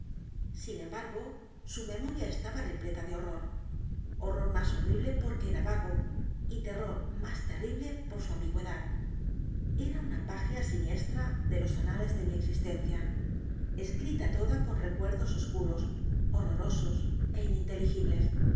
g o su memoria estaba repleta de horror horror más horrible porque era vago y terror más terrible por su ambigüedad e r a una página siniestra en los anales de mi existencia escrita toda con recuerdos oscuros horrorosos é ininteligibles